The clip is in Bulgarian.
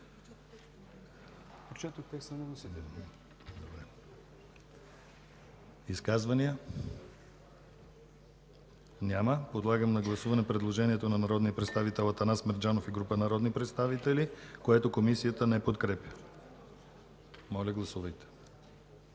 Изказвания? Няма. Подлагам на гласуване предложението на народния представител Атанас Мерджанов и група народни представители, което Комисията не подкрепя. Гласували